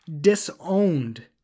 disowned